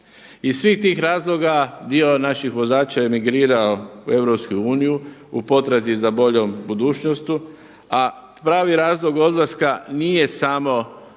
Iz svih tih razloga dio naših vozača je emigrirao u Europsku uniju u potrazi za boljom budućnosti a pravi razlog odlaska nije samo